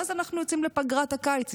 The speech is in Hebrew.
ואז אנחנו יוצאים לפגרת הקיץ,